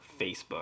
Facebook